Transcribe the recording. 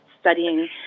studying